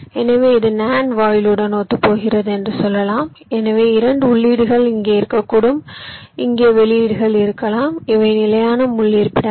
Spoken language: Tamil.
எனவே இது NAND வாயிலுடன் ஒத்துப்போகிறது என்று சொல்லலாம் எனவே 2 உள்ளீடுகள் இங்கே இருக்கக்கூடும் இங்கே வெளியீடு இருக்கலாம் இவை நிலையான முள் இருப்பிடங்கள்